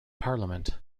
parliament